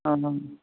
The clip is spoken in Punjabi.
ਹਾਂ ਹਾਂ